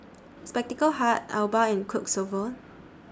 Spectacle Hut Alba and Quiksilver